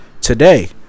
today